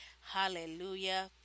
Hallelujah